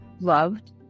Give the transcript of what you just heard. loved